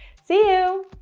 see you!